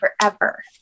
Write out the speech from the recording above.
forever